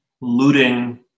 looting